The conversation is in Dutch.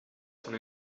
van